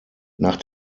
nach